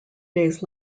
days